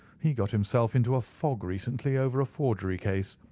he got himself into a fog recently over a forgery case,